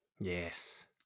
Yes